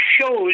shows